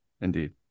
indeed